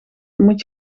moet